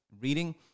reading